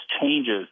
changes